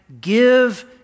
give